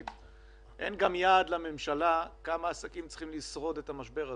אין גם יעד לממשלה כמה עסקים צריכים לשרוד את המשבר הזה.